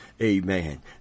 Amen